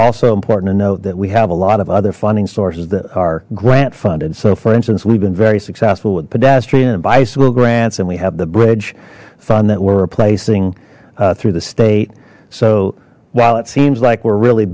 also important to note that we have a lot of other funding sources that are grant funded so for instance we've been very successful with pedestrian and bicycle grants and we have the bridge fund that we're replacing through the state so while it seems like we're really